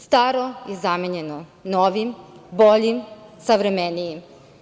Staro je zamenjeno novim, boljim, savremenijim.